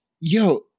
Yo